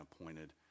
appointed